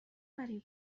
برای